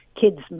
kids